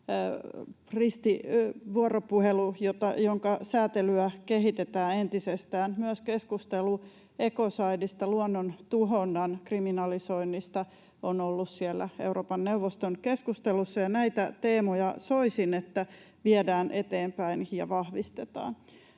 vuoropuhelu, jonka säätelyä kehitetään entisestään. Myös keskustelu ecociden, luonnontuhonnan, kriminalisoinnista on ollut siellä Euroopan neuvoston keskustelussa. Soisin, että näitä teemoja viedään eteenpäin ja vahvistetaan.